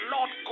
Lord